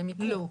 הן יקרו.